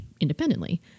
independently